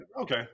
okay